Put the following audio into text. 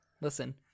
listen